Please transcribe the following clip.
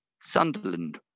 Sunderland